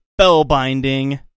spellbinding